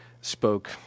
spoke